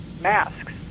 masks